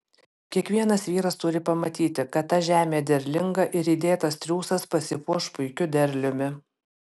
kiekvienas vyras turi pamatyti kad ta žemė derlinga ir įdėtas triūsas pasipuoš puikiu derliumi